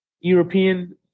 European